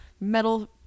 metal